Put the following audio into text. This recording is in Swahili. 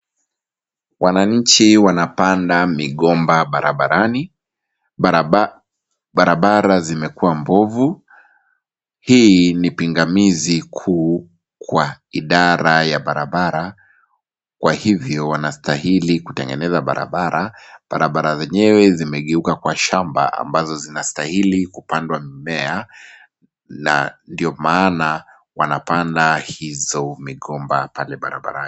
Wananchi wanapanda migomba barabarani, barabara zimekuwa mbovu, hii ni pingamizi kuu kwa idara ya barabara, kwa hivyo wanastahili kutengeneza barabara, barabara zenyewe zimegeuka kuwa shamba ambazo zinastahili kupandwa mimea, na ndio maana wanapanda hizo migomba pale barabarani.